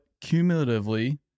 cumulatively